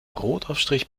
brotaufstrich